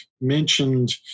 mentioned